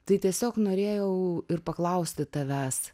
tai tiesiog norėjau ir paklausti tavęs